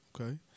Okay